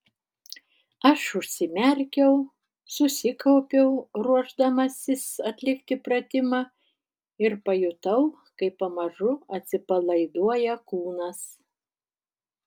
aš užsimerkiau susikaupiau ruošdamasis atlikti pratimą ir pajutau kaip pamažu atsipalaiduoja kūnas